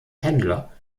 händler